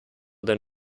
then